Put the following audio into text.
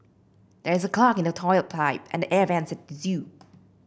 there is a clog in the toilet pipe and the air vents at zoo